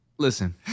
Listen